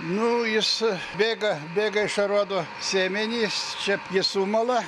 nu jis bėga bėga iš aruodo sėmenys čia p jį sumala